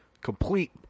complete